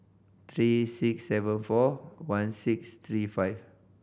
three six seven four one six three five